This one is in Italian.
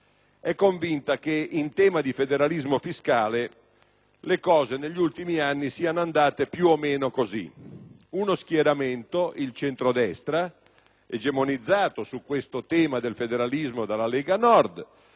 è convinta che in tema di federalismo fiscale le cose negli ultimi anni siano andate più o meno così: uno schieramento, il centrodestra, egemonizzato sul tema del federalismo dalla Lega Nord